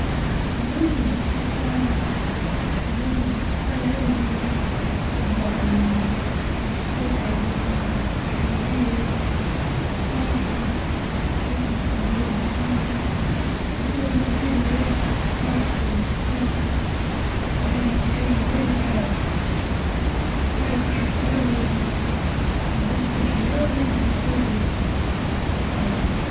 اللون البرتقالي اللون البرتقالي عندي يعبر عن المرتبط عامة بالحيوية والطاقة، ويحضر في غروب الشمس وهو لون ديما يعكس الفرح والنشاط في أي شيء مهما كان، لذلك حتى أغلب اللبس الرياضي بيكون برتقالي.